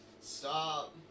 Stop